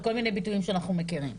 וכל מיני ביטויים שאנחנו מכירים.